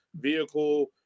vehicle